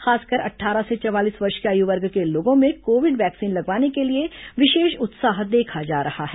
खासकर अट्ठारह से चवालीस वर्ष की आयु वर्ग के लोगों में कोविड वैक्सीन लगवाने के लिए विशेष उत्साह देखा जा रहा है